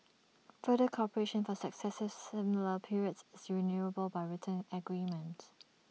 further cooperation for successive similar periods is renewable by written agreement